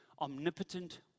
omnipotent